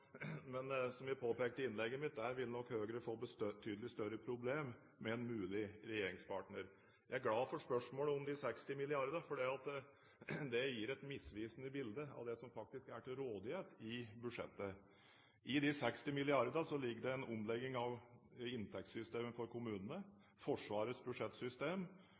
Men, som jeg påpekte i innlegget mitt, der vil nok Høyre få betydelig større problemer med en mulig regjeringspartner. Jeg er glad for spørsmålet om de 60 milliardene, for det gir et misvisende bilde av det som faktisk er til rådighet i budsjettet. I de 60 milliardene ligger det en omlegging av inntektssystemet for kommunene, Forsvarets budsjettsystem,